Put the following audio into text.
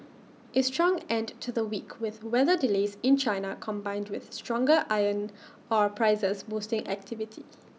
A strong end to the week with weather delays in China combined with stronger iron ore prices boosting activity